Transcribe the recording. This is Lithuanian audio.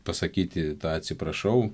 pasakyti atsiprašau